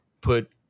put